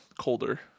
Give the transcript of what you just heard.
colder